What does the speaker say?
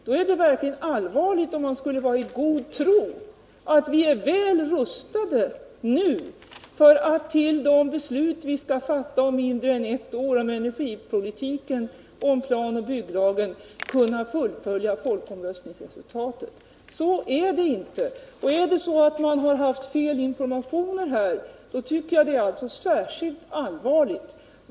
Det är verkligen allvarligt, om man är i god tro att vi är väl rustade inför de beslut vi Nr 163 skall fatta om mindre än ett år om energipolitiken och om planoch Onsdagen den bygglagen för att kunna fullfölja folkomröstningsresultatet. Har man blint 4 juni 1980 litat på fel informationer, tycker jag att det är särskilt allvarligt.